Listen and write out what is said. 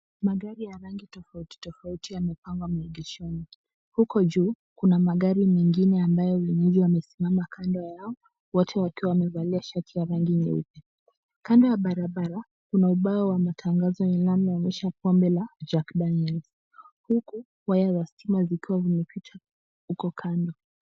Magari ya rangi tofauti tofauti yamepangwa maegeshoni ,huko juu kuna magari mengine ambayo wenyeji wamesimama kando yao wote wakiwa wamevalia shati ya rangi nyeupe. Kando ya barabara kuna ubao wa matangazo linaloonyesha pombe la Jack Daniels huku waya za stima zikiwa zimepita huko kando.